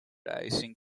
icing